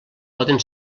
poden